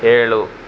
ಏಳು